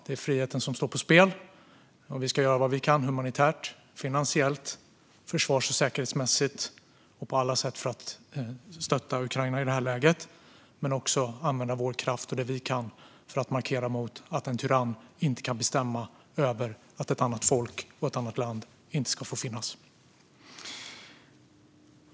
Det är friheten som står på spel, och vi ska på alla sätt göra vad vi kan humanitärt, finansiellt, försvars och säkerhetsmässigt för att stötta Ukraina i det här läget. Vi ska också använda vår kraft och det vi kan för att markera mot att en tyrann vill bestämma över ett annat folk och bestämma att ett annat land inte ska få finnas.